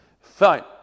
Fine